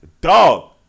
Dog